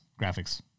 graphics